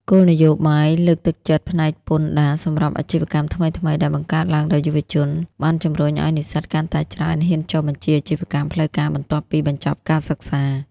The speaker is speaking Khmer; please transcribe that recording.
គោលនយោបាយលើកទឹកចិត្តផ្នែកពន្ធដារសម្រាប់អាជីវកម្មថ្មីៗ ដែលបង្កើតឡើងដោយយុវជន បានជម្រុញឱ្យនិស្សិតកាន់តែច្រើនហ៊ានចុះបញ្ជីអាជីវកម្មផ្លូវការបន្ទាប់ពីបញ្ចប់ការសិក្សា។